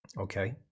okay